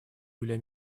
юлия